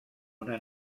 una